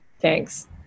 thanks